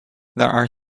are